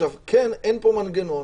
כן, אין פה מנגנון